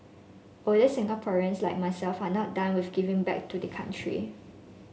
older Singaporeans like myself are not done with giving back to the country